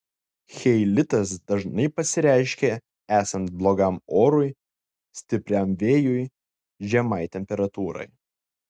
cheilitas dažnai pasireiškia esant blogam orui stipriam vėjui žemai temperatūrai